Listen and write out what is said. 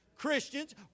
Christians